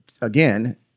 again